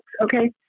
okay